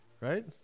Right